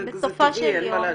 זה טבעי ואין מה להאשים.